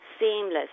Seamless